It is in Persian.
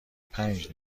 پنج